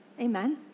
Amen